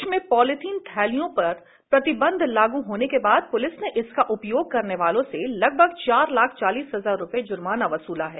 प्रदेश में पॉलीथिन थैलियों पर प्रतिबंध लागू होने के बाद पुलिस ने इसका उपयोग करने वालो से लगभग चार लाख चालीस हजार रूपये जुर्माना वसूला है